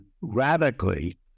radically